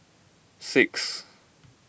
six